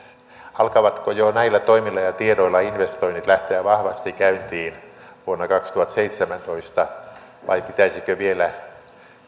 alkavatko jo näillä toimilla ja tiedoilla investoinnit lähteä vahvasti käyntiin vuonna kaksituhattaseitsemäntoista vai pitäisikö vielä